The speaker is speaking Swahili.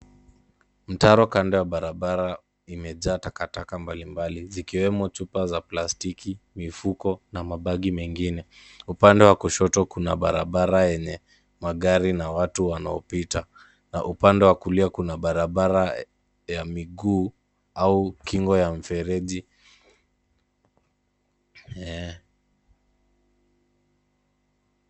Mtaro kando ya barabara imejaa takataka mbalimbali zikiwemo chupa za plastiki, mifuko na mabagi mengine. Upande wa kushoto kuna barabara yenye magari na watu wanaopita na upande wa kulia kuna barabara ya miguu au kingo ya mfereji.